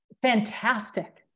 fantastic